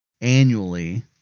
annually